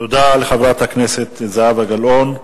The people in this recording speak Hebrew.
תודה לחברת הכנסת זהבה גלאון.